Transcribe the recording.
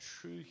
true